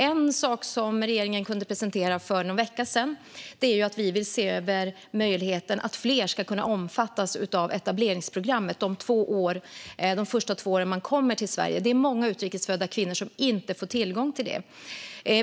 En sak som regeringen kunde presentera för någon vecka sedan är att vi vill se över möjligheten att fler ska omfattas av etableringsprogrammet under de första två åren efter att man har kommit till Sverige. Det är många utrikes födda kvinnor som inte får tillgång till det.